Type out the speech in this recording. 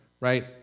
right